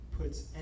puts